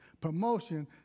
Promotion